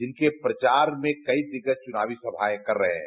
जिनके प्रचार में कई दिग्गज चुनावी समाए कर रहे हैं